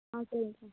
ஆ சரிங்கக்கா